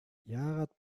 яагаад